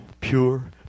pure